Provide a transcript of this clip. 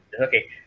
Okay